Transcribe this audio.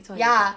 ya